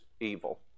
evil